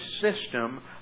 system